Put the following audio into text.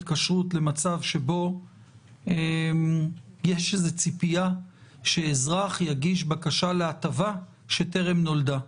כשרות למצב שבו יש איזושהי ציפייה שאזרח יגיש בקשה להטבה שטרם נולדה.